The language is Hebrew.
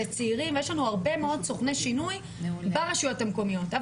צעירים ויש לנו הרבה מאוד סוכני שינוי ברשויות המקומיות.